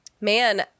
man